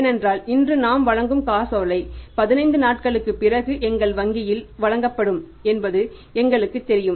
ஏனென்றால் இன்று நாம் வழங்கும் காசோலை 15 நாட்களுக்குப் பிறகு எங்கள் வங்கியில் வழங்கப்படும் என்பது எங்களுக்குத் தெரியும்